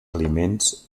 aliments